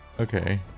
Okay